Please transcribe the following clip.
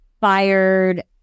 fired